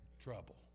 trouble